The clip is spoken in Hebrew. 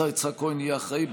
השר יצחק כהן יהיה אחראי,